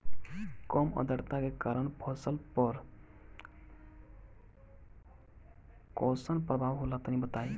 कम आद्रता के कारण फसल पर कैसन प्रभाव होला तनी बताई?